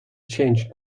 changed